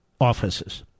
offices